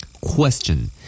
Question